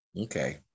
Okay